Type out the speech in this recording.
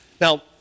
Now